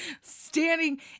standing